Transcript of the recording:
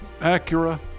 Acura